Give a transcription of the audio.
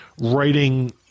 writing